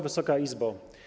Wysoka Izbo!